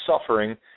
suffering